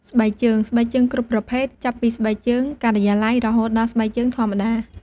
ស្បែកជើង ស្បែកជើងគ្រប់ប្រភេទ ចាប់ពីស្បែកជើងការិយាល័យ រហូតដល់ស្បែកជើងធម្មតា។